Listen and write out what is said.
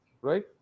right